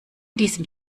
diesem